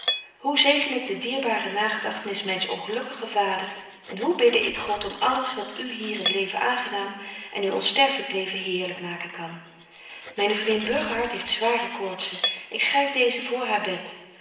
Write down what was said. hoe zegen ik de dierbare nagedagtenis myns ongelukkigen vader en hoe bidde ik god om alles wat u hier het leven aangenaam en uw onsterfelyk leven heerlyk maken kan myne vriendin burgerhart heeft zware koortzen ik schryf deezen voor haar bed